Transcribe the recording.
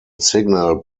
signal